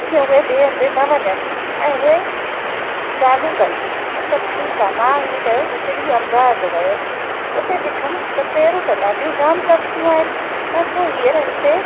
ऐं जीअं उहे ॿे हंधि न वञनि ऐं उहे चालू कनि त ठीकु आहे मां ईअं कयो हिकु ॾींहुं अहमदाबाद वियसि उते ॾिठमि त पैरियूं त ॾाढियूं जाम सस्तियूं आहिनि ऐं पोइ हीअंर हिते